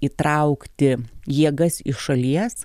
įtraukti jėgas iš šalies